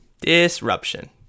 Disruption